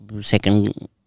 second